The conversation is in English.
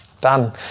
Done